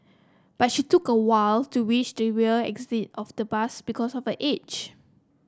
but she took a while to reach the rear exit of the bus because of her age